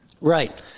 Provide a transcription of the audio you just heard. right